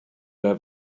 have